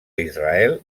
israel